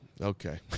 Okay